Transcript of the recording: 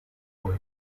for